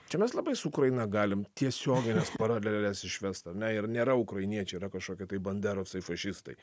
čia mes labai su ukraina galim tiesiogines paraleles išvest ar ne ir nėra ukrainiečiai yra kažkokie tai banderosai fašistai